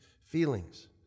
feelings